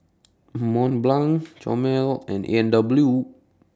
Mont Blanc Chomel and A and W